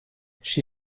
she